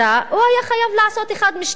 הוא היה חייב לעשות אחד משניים: